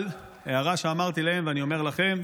אבל הערה שאמרתי להם ואני אומר לכם,